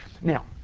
Now